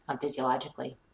physiologically